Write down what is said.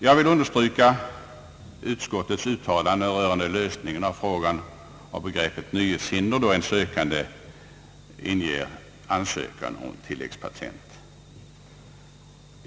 Jag vill understryka utskottets uttalande rörande lösningen av frågan om begreppet nyhetshinder, då en sökande inger ansökan om tilläggspatent.